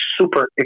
super